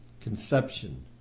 conception